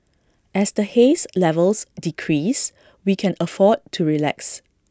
as the haze levels decrease we can afford to relax